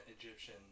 Egyptian